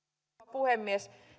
puhemies